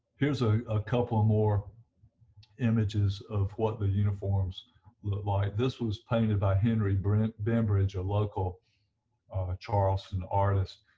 here's ah a couple more images of what the uniforms look like, this was painted by henry brent benbridge, a local charleston artist.